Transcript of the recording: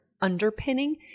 underpinning